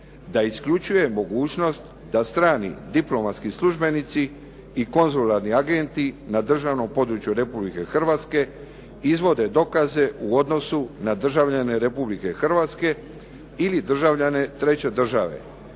da isključuje mogućnost da strani diplomatski službenici i konzularni agenti na državnom području Republike Hrvatske izvode dokaze u odnosu na državljane Republike Hrvatske ili državljane treće države